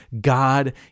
God